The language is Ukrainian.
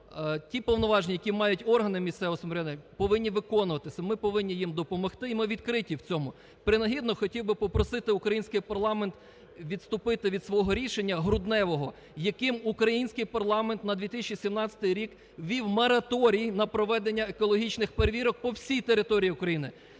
ті повноваження, які мають органи місцевого самоврядування, повинні виконуватись. Ми повинні їм допомогти, і ми відкриті в цьому. Принагідно, хотів би попросити український парламент відступити від свого рішення грудневого яким український парламент на 2017 рік ввів мораторій на проведення екологічних перевірок по всій території України.